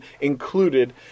included